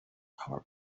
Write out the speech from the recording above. our